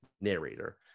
narrator